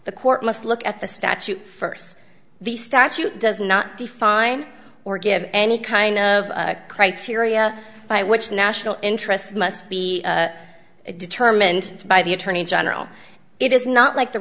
the court must look at the statute first the statute does not define or give any kind of criteria by which national interests must be determined by the attorney general it is not like the